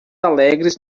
alegres